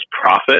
profit